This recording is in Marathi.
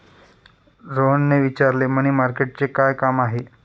रोहनने विचारले, मनी मार्केटचे काय काम आहे?